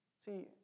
See